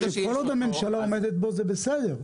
כל עוד הממשלה עומדת בזה, זה בסדר.